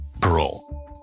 parole